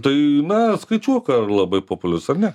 tai na skaičiuok ar labai populiarus ar ne